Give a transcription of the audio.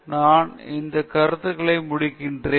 நான் இந்த கருத்துக்களை முடிக்கிறேன்